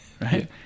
right